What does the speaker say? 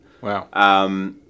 Wow